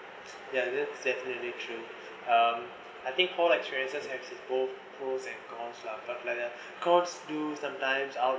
yeah that's definitely true uh I think hall experiences has its both pros and cons lah but like the of course do sometimes out